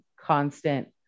constant